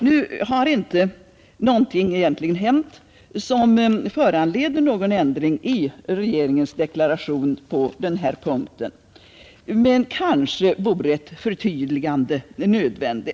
Nu har det egentligen inte hänt någonting som föranleder ändring i regeringens deklaration i nedrustningsavsnittet, men kanske vore ett förtydligande önskvärt.